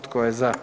Tko je za?